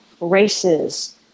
races